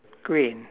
green